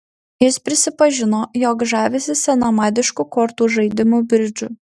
jis prisipažino jog žavisi senamadišku kortų žaidimu bridžu